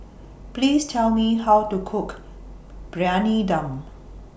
Please Tell Me How to Cook Briyani Dum